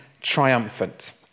triumphant